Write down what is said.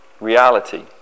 reality